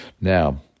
Now